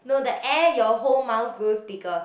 no the air your whole mouth goes bigger